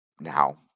now